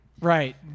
Right